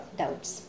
doubts